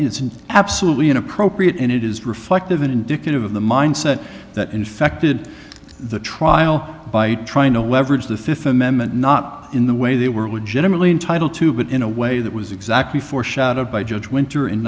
an absolutely inappropriate and it is reflective indicative of the mindset that infected the trial by trying to leverage the th amendment not in the way they were legitimately entitled to but in a way that was exactly foreshadowed by judge winter in